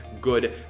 good